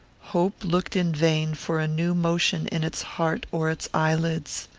hope looked in vain for a new motion in its heart or its eyelids.